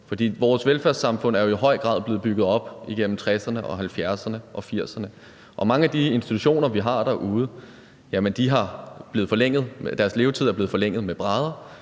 vores velfærdssamfund er i høj grad blevet bygget op igennem 1960'erne og 1970'erne og 1980'erne, og mange af de institutioner, vi har derude, har fået forlænget deres levetid med brædder